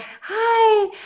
hi